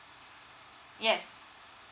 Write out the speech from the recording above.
yes